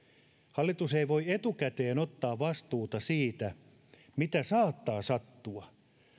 hallitus ei voi etukäteen ottaa vastuuta siitä mitä saattaa sattua